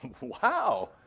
Wow